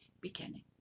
beginning